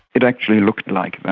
it actually looked like that,